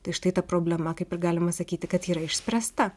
tai štai ta problema kaip ir galima sakyti kad yra išspręsta